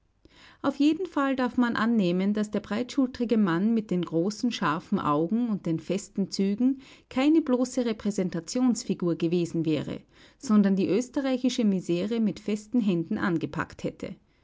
auf jeden fall darf man annehmen daß der breitschultrige mann mit den großen scharfen augen und den festen zügen keine bloße repräsentationsfigur gewesen wäre sondern die österreichische misere mit festen händen angepackt hätte